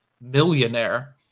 millionaire